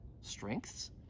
strengths